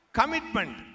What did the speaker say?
commitment